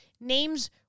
names